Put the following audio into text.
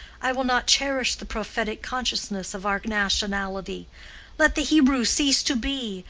i will not cherish the prophetic consciousness of our nationality let the hebrew cease to be,